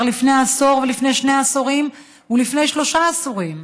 לפני עשור ולפני שני עשורים ולפני שלושה עשורים.